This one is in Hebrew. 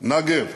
נגל,